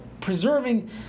preserving